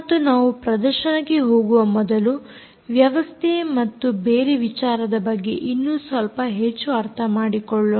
ಮತ್ತು ನಾವು ಪ್ರದರ್ಶನಕ್ಕೆ ಹೋಗುವ ಮೊದಲು ವ್ಯವಸ್ಥೆ ಮತ್ತು ಬೇರೆ ವಿಚಾರದ ಬಗ್ಗೆ ಇನ್ನು ಸ್ವಲ್ಪ ಹೆಚ್ಚು ಅರ್ಥ ಮಾಡಿಕೊಳ್ಳೋಣ